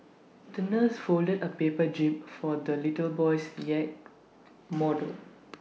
the nurse folded A paper jib for the little boy's yacht model